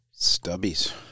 Stubbies